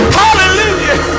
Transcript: hallelujah